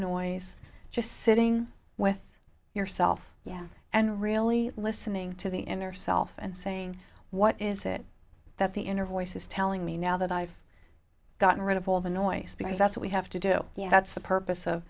noise just sitting with yourself yeah and really listening to the inner self and saying what is it that the inner voice is telling me now that i've gotten rid of all the noise because that's what we have to do yeah that's the purpose of